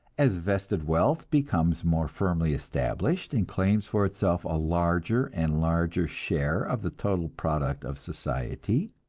as vested wealth becomes more firmly established and claims for itself a larger and larger share of the total product of society